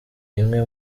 imwe